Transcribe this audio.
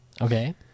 Okay